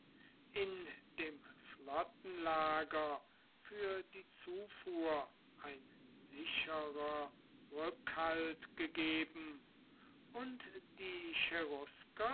in dem flottenlager für die zufuhr ein sicherer rückhalt gegeben und die